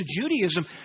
Judaism